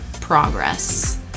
progress